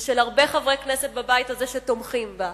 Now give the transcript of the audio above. ושל הרבה חברי כנסת בבית הזה שתומכים בה,